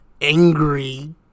angry